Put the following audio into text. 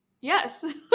yes